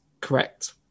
correct